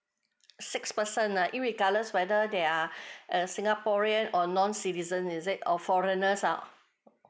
six person ah regardless whether they are err singaporean or non citizen is it or foreigner ah